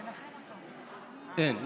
אין.